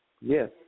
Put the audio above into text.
Yes